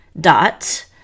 dot